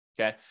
okay